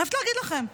אני חייבת להגיד לכם,